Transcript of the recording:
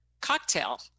cocktail